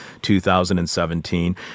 2017